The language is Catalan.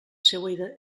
seua